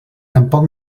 tampoc